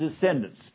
descendants